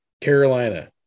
Carolina